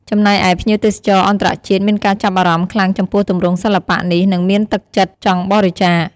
ចំណែកឯ ភ្ញៀវទេសចរអន្តរជាតិមានការចាប់អារម្មណ៍ខ្លាំងចំពោះទម្រង់សិល្បៈនេះ និងមានទឹកចិត្តចង់បរិច្ចាគ។